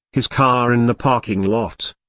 his car in the parking lot,